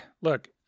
Look